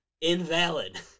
invalid